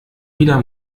wieder